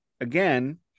again